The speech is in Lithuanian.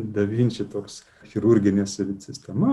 davinči toks chirurginė savit sistema